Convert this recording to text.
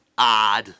Odd